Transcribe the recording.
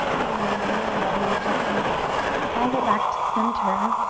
and then when you're ready, gently guide it back to center.